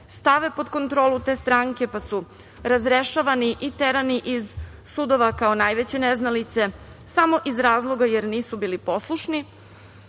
stave pod kontrolu te stranke pa su razrešavani i terani iz sudova kao najveće neznalice, samo iz razloga jer nisu bili poslušni